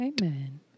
Amen